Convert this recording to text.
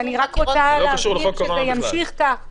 אני רוצה לבהיר שזה ימשיך כך.